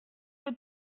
que